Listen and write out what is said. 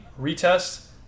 retest